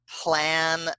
plan